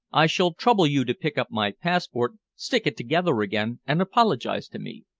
i shall trouble you to pick up my passport, stick it together again, and apologize to me.